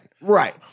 Right